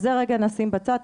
את זה רגע נשים בצד,